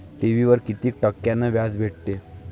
ठेवीवर कितीक टक्क्यान व्याज भेटते?